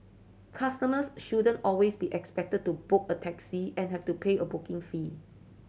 customers shouldn't always be expected to book a taxi and have to pay a booking fee